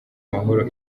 mahoro